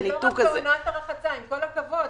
זה לא רק לעונת הרחצה, עם כל הכבוד.